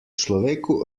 človeku